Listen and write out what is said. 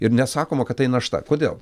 ir nesakoma kad tai našta kodėl